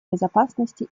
безопасности